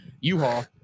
U-Haul